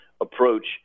approach